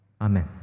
Amen